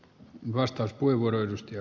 arvoisa puhemies